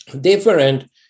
different